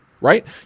right